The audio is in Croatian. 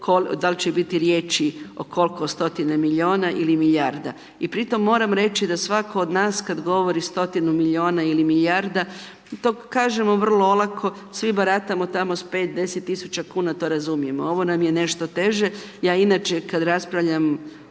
da li će biti riječi o koliko stotina milijuna ili milijarda. I pri tome moram reći da svatko od nas kada govori stotinu milijuna ili milijarda, to kažemo vrlo olako, svi baratamo tamo s 5, 10.000,00 kn, to razumijemo, ovo nam je nešto teže. Ja inače kad raspravljam